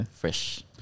fresh